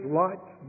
lights